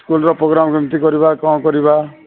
ସ୍କୁଲ୍ର ପ୍ରୋଗାମ୍ କେମିତି କରିବା କ'ଣ କରିବା